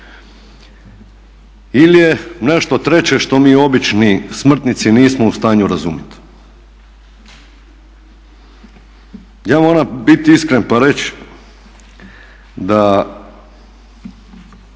ili je nešto treće što mi obični smrtnici nismo u stanju razumjeti? Ja moram biti iskren pa reći da